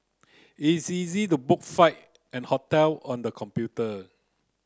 it's easy to book flight and hotel on the computer